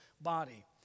body